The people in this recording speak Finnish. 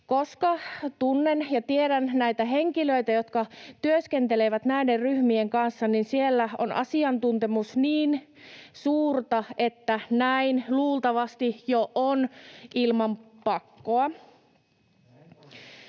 Koska tunnen näitä henkilöitä, jotka työskentelevät näiden ryhmien kanssa, tiedän, että siellä on asiantuntemus niin suurta, että näin luultavasti jo on ilman pakkoa.